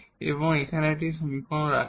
এবং এখানে এই সমীকরণটি রাখেন